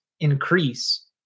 Increase